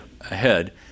ahead